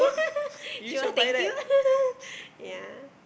sure thank you yeah